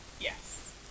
Yes